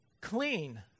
clean